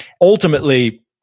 Ultimately